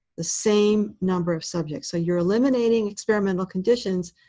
the same number of subjects. so you're eliminating experimental conditions,